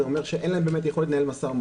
זה אומר שאין להם באמת יכולת לנהל משא-ומתן.